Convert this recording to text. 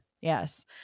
Yes